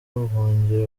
ubuhungiro